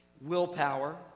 willpower